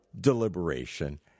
deliberation